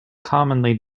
commonly